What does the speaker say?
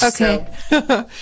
Okay